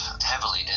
heavily